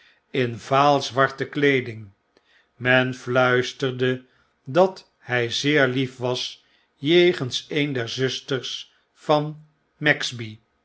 in vaal zwarte kleeding men fluisterde dat hfl zeer lief was jegens een der zusters van